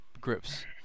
groups